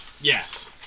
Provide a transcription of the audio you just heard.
Yes